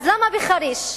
למה בחריש?